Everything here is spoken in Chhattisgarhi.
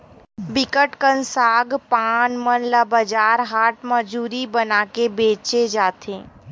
बिकट कन सग पान मन ल बजार हाट म जूरी बनाके बेंचे जाथे